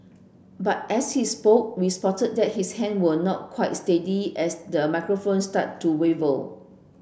but as he spoke we spotted that his hand were not quite sturdy as the microphone started to waver